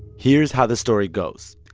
here's how the story goes.